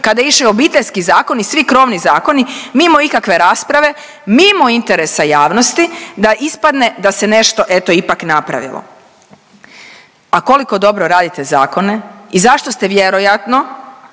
kada je išao Obiteljski zakon i svi krovni zakoni, mimo ikakve rasprave, mimo interesa javnosti da ispadne da se nešto eto ipak napravilo. A koliko dobro radite zakone i zašto ste vjerojatno